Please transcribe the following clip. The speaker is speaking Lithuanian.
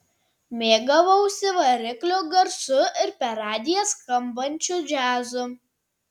mėgavausi variklio garsu ir per radiją skambančiu džiazu